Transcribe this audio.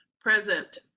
Present